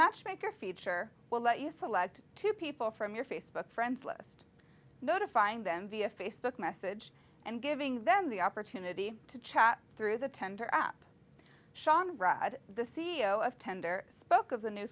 matchmaker feature will let you select two people from your facebook friends list notifying them via facebook message and giving them the opportunity to chat through the tender up shawn ride the c e o of tender spoke of the new